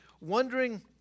wondering